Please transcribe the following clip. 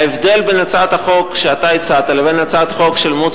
ההבדל בין הצעת החוק שאתה הצעת לבין הצעת חוק של מוץ